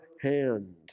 hand